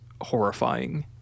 horrifying